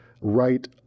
right